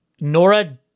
Nora